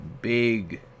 big